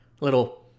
little